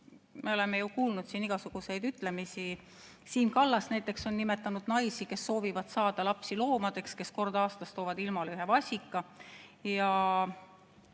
Me oleme ju kuulnud siin igasuguseid ütlemisi. Siim Kallas näiteks on nimetanud naisi, kes soovivad saada lapsi, loomadeks, kes kord aastas toovad ilmale ühe vasika.